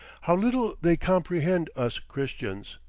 how little they comprehend us christians!